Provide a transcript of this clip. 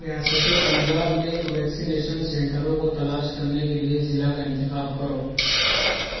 ریاست پنجاب میں ویکسینیسن سنٹروں کو تلاش کرنے کے لیے ضلع کا انتخاب کرو